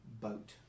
boat